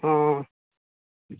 ହଁ